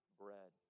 bread